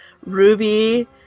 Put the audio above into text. Ruby